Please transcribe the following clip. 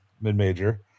mid-major